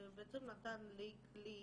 זה בעצם נתן לי כלי